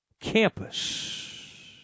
campus